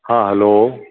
हॅं हेलो